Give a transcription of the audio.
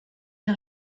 une